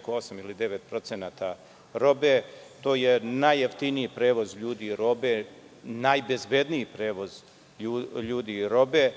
oko 8% ili 9% robe. To je najjeftiniji prevoz ljudi i robe, najbezbedniji prevoz ljudi i robe,